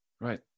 Right